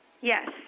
Yes